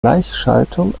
gleichschaltung